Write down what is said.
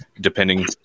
depending